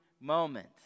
moment